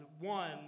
one